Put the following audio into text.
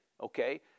okay